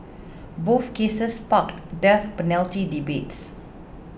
both cases sparked death penalty debates